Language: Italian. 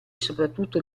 soprattutto